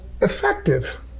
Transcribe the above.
effective